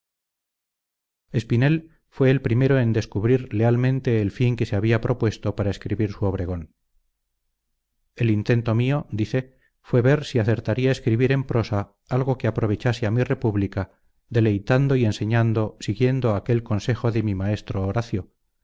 espinel fue el primero en descubrir lealmente el fin que se había propuesto para escribir su obregón el intento mío dice fue ver si acertaría escribir en prosa algo que aprovechase a mi república deleitando y enseñando siguiendo aquel consejo de mi maestro horacio